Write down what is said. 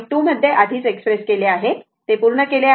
2 मध्ये आधीच एक्सप्रेस केले आहे ते पूर्ण केले आहे